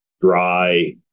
dry